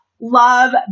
love